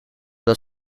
dat